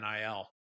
NIL